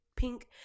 pink